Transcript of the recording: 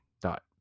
dot